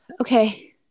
Okay